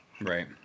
Right